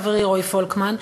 חברי רועי פולקמן,